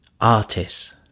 artists